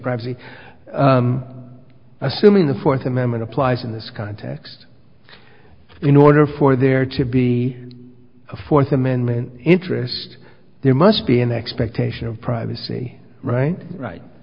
privacy assuming the fourth amendment applies in this context in order for there to be a fourth amendment interest there must be an expectation of privacy right right